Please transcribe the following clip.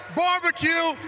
barbecue